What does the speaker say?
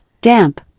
damp